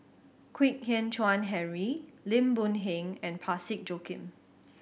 Kwek Hian Chuan Henry Lim Boon Heng and Parsick Joaquim